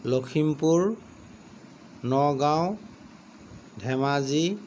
Lakhimpur Nagaon Dhemaji